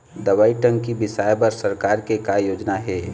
दवई टंकी बिसाए बर सरकार के का योजना हे?